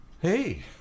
hey